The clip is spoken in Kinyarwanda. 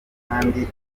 kandi